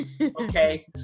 Okay